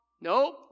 Nope